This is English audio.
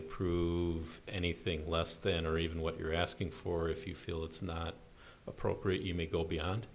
approve anything less than or even what you're asking for if you feel it's not appropriate you may go beyond